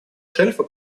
шельфа